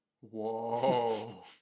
Whoa